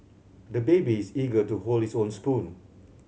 the baby is eager to hold his own spoon